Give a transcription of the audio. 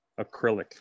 acrylic